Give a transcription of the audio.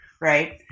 Right